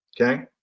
Okay